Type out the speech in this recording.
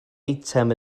eitem